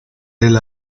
del